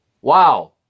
Wow